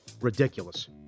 Ridiculous